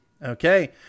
Okay